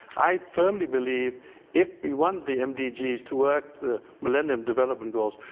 i firmly believe if we want the mdgs to work, the millennium development goals,